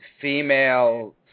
female